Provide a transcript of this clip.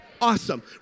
Awesome